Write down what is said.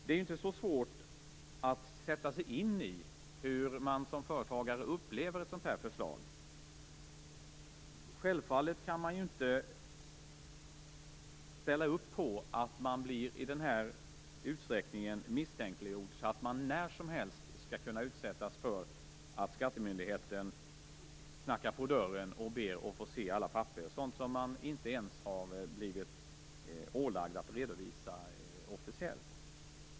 Det är inte så svårt att sätta sig in i hur man som företagare upplever ett sådant förslag. Självfallet kan man inte ställa sig bakom att man i denna utsträckning blir misstänkliggjord så att man när som helst skall kunna utsättas för att skattemyndigheten knackar på dörren och ber att få se alla papper, även sådant som man inte ens har blivit ålagd att redovisa officiellt.